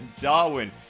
Darwin